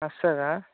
असं का